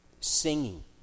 singing